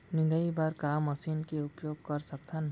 निंदाई बर का मशीन के उपयोग कर सकथन?